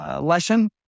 lesson